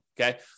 okay